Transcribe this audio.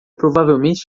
provavelmente